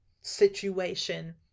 situation